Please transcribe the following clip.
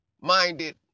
minded